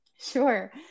Sure